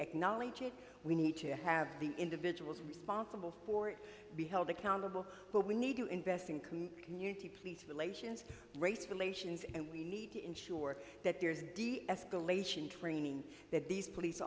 acknowledge it we need to have the individuals responsible for it be held accountable but we need to invest in can community please relations race relations and we need to ensure that there is deescalation training that these police